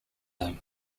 him